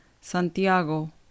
Santiago